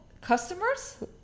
Customers